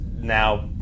now